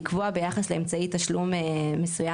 לקבוע ביחס לאמצעי תשלום מסוים.